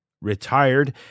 retired